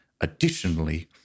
additionally